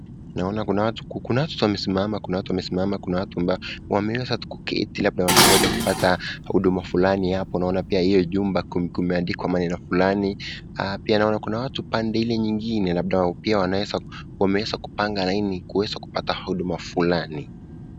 Naona kuna watu tu wamesimama, kuna watu wamesimama, kuna watu ambao wameweza tu kuketi labda wanangoja kupata huduma fulani hapo, naona pia hiyo jumba kumeandikwa maneno fulani, pia naona kuna pande ile nyingine pia wameeza kupanga laini kuweza kupata huduma fulani.